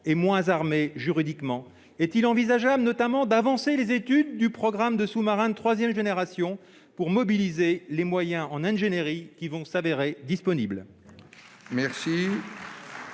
moins armées juridiquement ? Est-il envisageable, notamment, d'avancer les études du programme de sous-marins de troisième génération pour mobiliser les moyens en ingénierie qui vont s'avérer disponibles ?